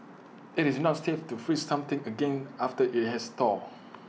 IT is not safe to freeze something again after IT has thawed